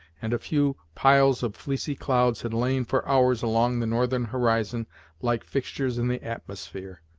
and a few piles of fleecy clouds had lain for hours along the northern horizon like fixtures in the atmosphere,